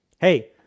Hey